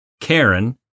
Karen